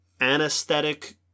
Anesthetic